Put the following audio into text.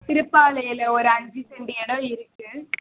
திருப்பாலையில் ஒரு அஞ்சு செண்டு இடம் இருக்குது